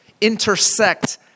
intersect